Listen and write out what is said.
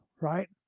Right